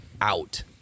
out